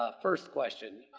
ah first question.